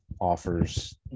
offers